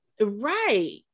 Right